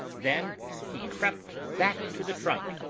then he crept back to the trunk,